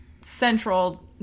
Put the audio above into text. central